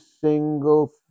single